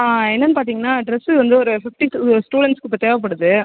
ஆ என்னென்னு பார்த்தீங்கன்னா டிரெஸ்ஸு வந்து ஒரு ஃபிஃப்டி டூ ஸ்டூடண்ஸுக்கு இப்போ தேவைப்படுது